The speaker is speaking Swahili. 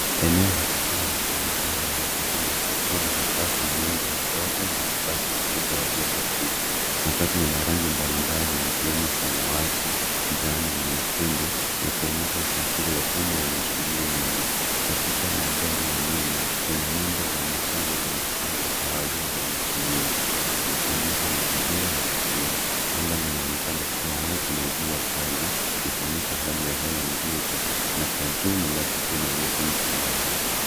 Eneo la kituo cha magari ya abiria likiwa na mabasi mengi madogo na mabasi makubwa yaliopakiwa. Matatu yana rangi mbalimbali zikiwemo samawati, njano na nyekundu yakionyesha usafiri wa umma wenye shughuli nyingi. Katika maandhari ya nyuma kuna nyumba za makazi zenye paa za kahawia na miti mingi, ikionyesha mazingira ya mjini Anga linaonekana kuwa wazi na jua kali ikionyesha hali ya hewa nzuri na kwa jumla picha inaonyesha msongamano.